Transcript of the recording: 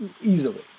easily